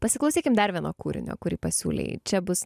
pasiklausykim dar vieno kūrinio kurį pasiūlei čia bus